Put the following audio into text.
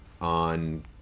on